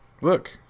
look